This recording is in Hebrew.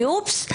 ואופס,